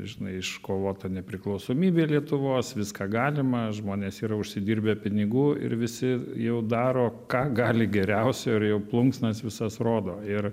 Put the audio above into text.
žinai iškovota nepriklausomybė lietuvos viską galima žmonės yra užsidirbę pinigų ir visi jau daro ką gali geriausio ir jau plunksnas visas rodo ir